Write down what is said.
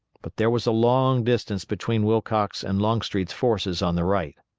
but there was a long distance between wilcox and longstreet's forces on the right.